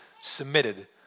submitted